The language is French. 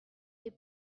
des